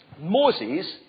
Moses